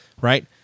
right